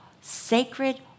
sacred